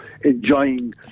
enjoying